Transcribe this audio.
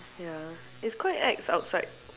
ya it's quite ex outside